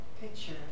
picture